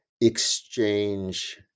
exchange